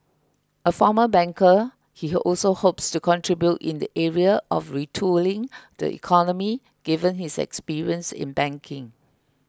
a former banker he also hopes to contribute in the area of retooling the economy given his experience in banking